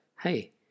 hey